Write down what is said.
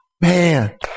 Man